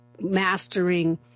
mastering